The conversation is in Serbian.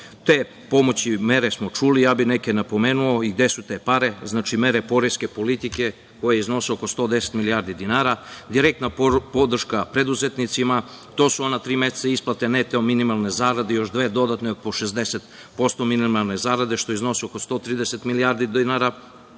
Te pomoći i mere smo čuli, a neke bih napomenuo i gde su te pare. Znači, mere poreske politike, koje iznose oko 110 milijardi dinara, direktna podrška preduzetnicima, to su ona tri meseca isplate neto minimalne zarade i još dve dodatne po 60% minimalne zarade, što iznosi oko 130 milijardi dinara,